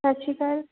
ਸਤਿ ਸ਼੍ਰੀ ਅਕਾਲ